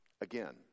Again